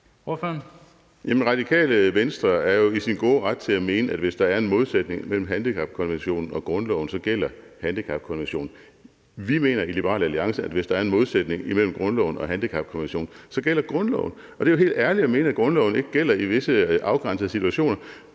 Radikale Venstre er jo i sin gode ret til at mene, at hvis der er en modsætning mellem handicapkonventionen og grundloven, gælder handicapkonventionen. Vi mener i Liberal Alliance, at hvis der er en modsætning mellem grundloven og handicapkonventionen, gælder grundloven, og det er jo helt ærligt at mene, at grundloven ikke gælder i visse afgrænsede situationer.